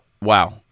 Wow